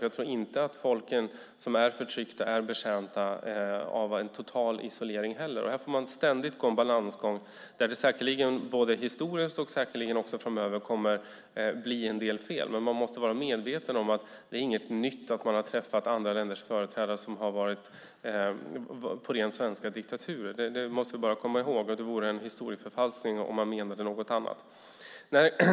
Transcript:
Jag tror inte heller att folken som är förtryckta är betjänta av en total isolering. Här får man ständigt gå en balansgång där det säkerligen historiskt har blivit och framöver kommer att bli en del fel. Men man måste vara medveten om att det inte är någonting nytt att man har träffat företrädare för länder som på ren svenska har varit diktaturer. Det måste vi komma ihåg. Det vore en historieförfalskning om man menade någonting annat.